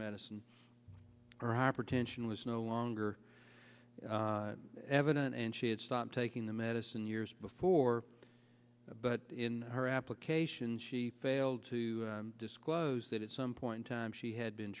medicine or hypertension was no longer evident and she had stopped taking the medicine years before but in her application she failed to disclose that at some point in time she had been